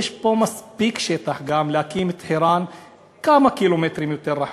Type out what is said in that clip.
יש בו מספיק שטח גם להקים את חירן כמה קילומטרים יותר רחוק.